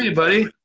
ah buddy?